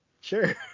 Sure